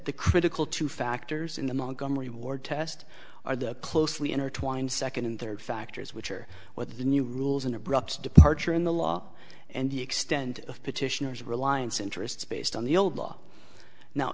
the critical two factors in the montgomery ward test are the closely intertwined second and third factors which are what the new rules an abrupt departure in the law and the extent of petitioners reliance interests based on the old law now